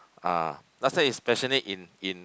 ah last time is passionate in in